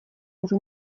уже